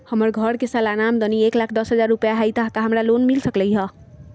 हमर घर के सालाना आमदनी एक लाख दस हजार रुपैया हाई त का हमरा लोन मिल सकलई ह?